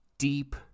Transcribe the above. deep